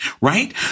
right